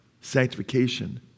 Sanctification